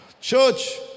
church